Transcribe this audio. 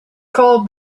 called